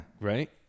Right